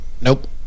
nope